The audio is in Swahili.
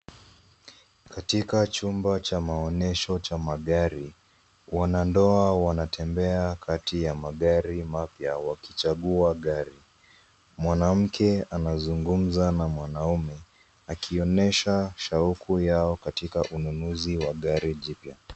Katika chumba cha maonyesho cha magari, wanandoa wanatembea kati ya magari mapya wakichagua gari. Mwanamke anazungumza na mwanaume akionyesha shauku yao katika ununuzi wa gari jipya.